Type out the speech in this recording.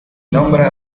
nombra